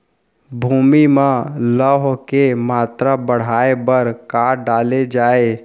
भूमि मा लौह के मात्रा बढ़ाये बर का डाले जाये?